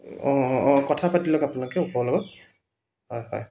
অঁ অঁ কথা পাতি লওক আপোনালোকে ওপৰৰ লগত হয় হয়